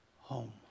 home